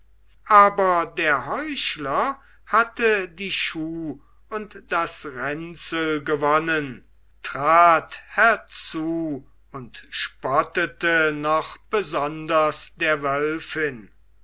aber der heuchler hatte die schuh und das ränzel gewonnen trat herzu und spottete noch besonders der wölfin